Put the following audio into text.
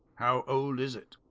how old is it?